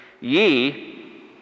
Ye